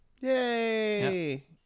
Yay